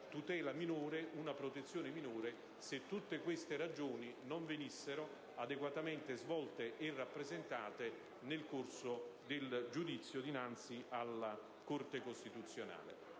ricevere una protezione minore se tutte queste ragioni non venissero adeguatamente svolte e rappresentate nel corso del giudizio dinanzi alla Corte costituzionale.